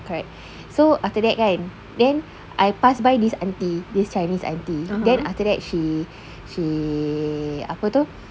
ya correct so after that kan then I pass by this aunty this chinese aunty then after that she she apa tu